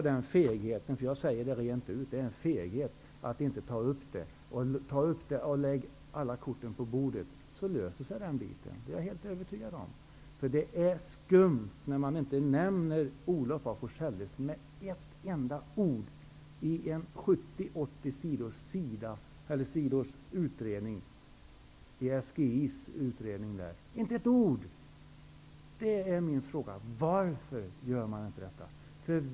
Det är rent ut sagt en feghet att inte ta upp ärendet. Ta upp det och lägg alla korten på bordet, så löser det sig! Jag är helt övertygad om det. Det är skumt att man inte nämner Olof af Forselles med ett enda ord i SGI:s utredning på 70--80 sidor. Min fråga är: Varför gör man inte det?